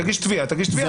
תגיש תביעה תגיש תביעה.